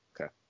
okay